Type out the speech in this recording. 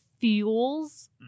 fuels